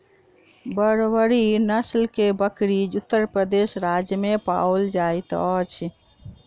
बर्बरी नस्ल के बकरी उत्तर प्रदेश राज्य में पाओल जाइत अछि